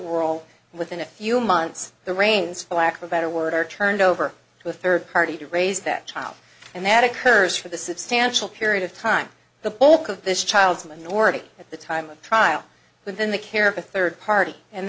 world within a few months the reins for lack of a better word are turned over to a third party to raise that child and that occurs for the substantial period of time the bulk of this child's minority at the time of trial live in the care of a third party and